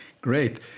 Great